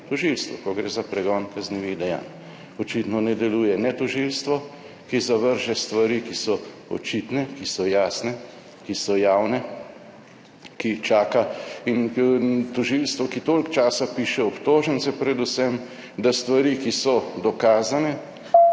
tožilstvu, ko gre za pregon kaznivih dejanj. Očitno ne deluje niti tožilstvo, ki zavrže stvari, ki so očitne, ki so jasne, ki so javne, ki čaka. In tožilstvo, ki toliko časa piše predvsem obtožnice, da stvari, ki so dokazane,